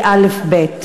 / היא אלף-בית.